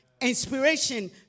Inspiration